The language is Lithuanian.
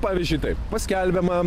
pavyzdžiui taip paskelbiama